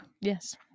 yes